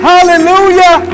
Hallelujah